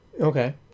Okay